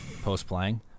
post-playing